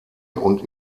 und